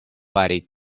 fari